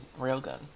railgun